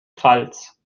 pfalz